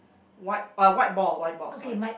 white a white ball white ball sorry